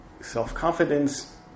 self-confidence